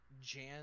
Jan